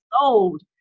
old